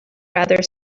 rather